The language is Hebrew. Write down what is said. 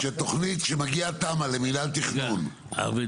שלא נעשתה איזושהי תכנית כדי לתת לכל אזור פחות